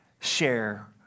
share